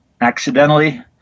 accidentally